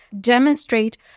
Demonstrate